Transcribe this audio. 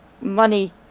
money